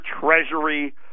Treasury